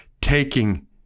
taking